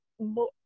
more